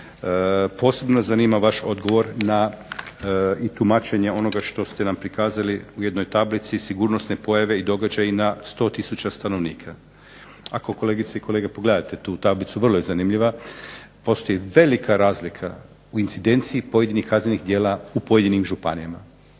Posebno nas zanima vaš odgovor na i tumačenje onoga što ste nam prikazali u jednoj tablici, sigurnosne pojave i događaji na 100 tisuća stanovnika. Ako kolegice i kolege pogledate tu tablicu, vrlo je zanimljiva, postoji velika razlika u incidenciji pojedinih kaznenih djela u pojedinim županijama.